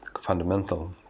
fundamental